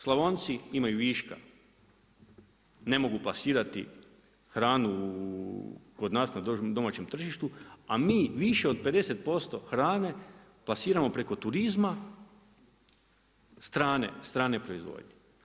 Slavonci imaju viška, ne mogu plasirati hranu kod nas na domaćem tržištu, a mi više od 50% hrane plasiramo preko turizma strane proizvodnje.